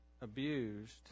abused